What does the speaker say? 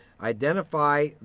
identify